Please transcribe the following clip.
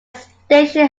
station